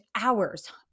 hours